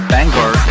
Bangor